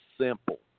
simple